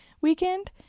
weekend